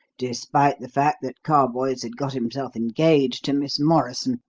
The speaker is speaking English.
despite the fact that carboys had got himself engaged to miss morrison,